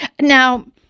Now